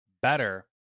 better